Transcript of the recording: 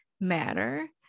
matter